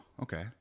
Okay